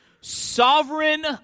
Sovereign